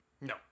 No